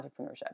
entrepreneurship